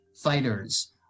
fighters